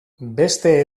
beste